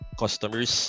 customers